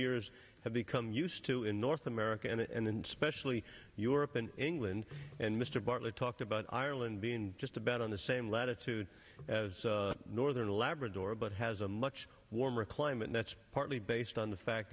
years have become used to in north america and then specially europe and england and mr bartlett talked about ireland being just about on the same latitude as northern labrador but has a much warmer climate that's partly based on the fact